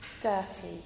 dirty